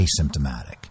asymptomatic